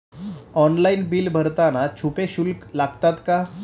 Online bill भरताना छुपे शुल्क लागतात का?